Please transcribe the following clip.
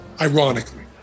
ironically